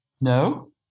No